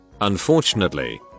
Unfortunately